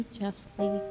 justly